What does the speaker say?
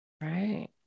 Right